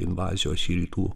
invazijos į rytų